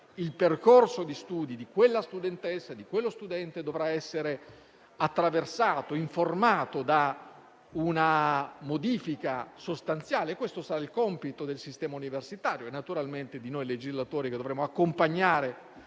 il percorso di studi di quella studentessa o di quello studente dovrà essere attraversato, informato da una modifica sostanziale e questo sarà il compito del sistema universitario e naturalmente di noi legislatori che dovremo accompagnare